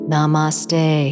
Namaste